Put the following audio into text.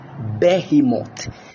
Behemoth